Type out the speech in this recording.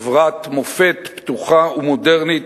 חברת מופת פתוחה ומודרנית,